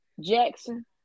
Jackson